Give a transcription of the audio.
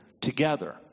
together